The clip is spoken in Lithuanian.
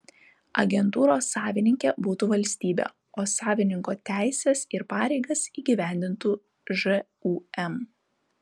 agentūros savininkė būtų valstybė o savininko teises ir pareigas įgyvendintų žūm